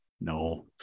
No